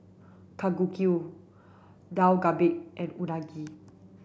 Kalguksu Dak Galbi and Unagi